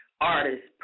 artists